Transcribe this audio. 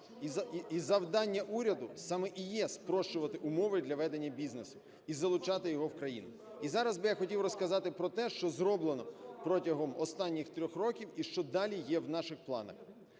І завдання уряду саме і є спрощувати умови для ведення бізнесу і залучати його в країну. І зараз би я хотів розказати про те, що зроблено протягом останніх 3 років і що далі є в наших планах.